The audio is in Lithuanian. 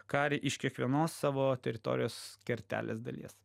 karį iš kiekvienos savo teritorijos kertelės dalies